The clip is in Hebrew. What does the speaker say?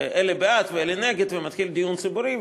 ואלה בעד ואלה נגד ומתחיל דיון ציבורי.